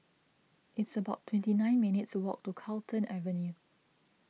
it's about twenty nine minutes' walk to Carlton Avenue